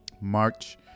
March